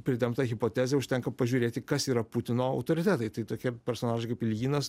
pritempta hipotezė užtenka pažiūrėti kas yra putino autoritetai tai tokie personažai kaip iljinas